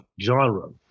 genre